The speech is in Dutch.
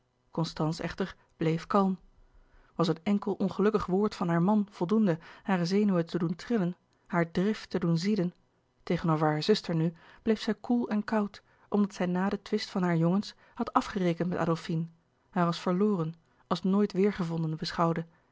constance echter bleef kalm was een enkel ongelukkig woord van haar man voldoende hare zenuwen te doen trillen haar drift te doen zieden tegenover haar zuster nu bleef zij koel en koud omdat zij na den twist van hare jongens had afgerekend met adolfine haar als verloren als nooit weêrgevonden beschouwde